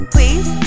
Please